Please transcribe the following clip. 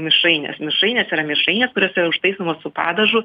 mišrainės mišrainės yra mišrainės kurios yra užtaisomos su padažu